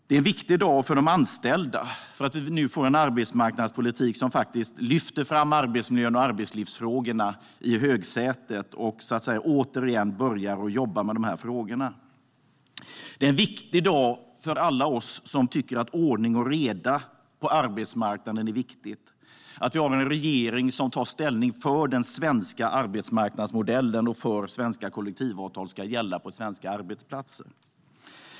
Det är en viktig dag för de anställda eftersom vi nu får en arbetsmarknadspolitik som lyfter fram arbetsmiljön och arbetslivsfrågorna i högsätet och återigen börjar jobba med dessa frågor. Det är en viktig dag för alla oss som tycker att ordning och reda på arbetsmarknaden är viktigt. Vi har en regering som tar ställning för den svenska arbetsmarknadsmodellen och för att svenska kollektivavtal ska gälla på svenska arbetsplatser.